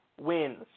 wins